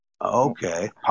Okay